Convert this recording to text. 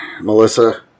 Melissa